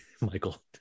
Michael